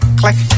click